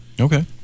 Okay